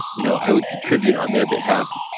you know i would contribute on their behalf.